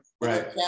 Right